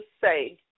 say